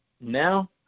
Now